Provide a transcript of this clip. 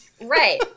Right